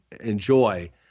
enjoy